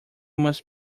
must